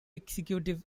executive